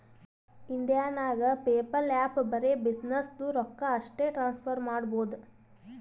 India ನಾಗ್ PayPal app ಬರೆ ಬಿಸಿನ್ನೆಸ್ದು ರೊಕ್ಕಾ ಅಷ್ಟೇ ಟ್ರಾನ್ಸಫರ್ ಮಾಡಬೋದು